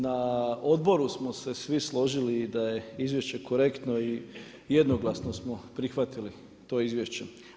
Na odboru smo se svi složili da je izvješće korektno i jednoglasno smo prihvatili to izvješće.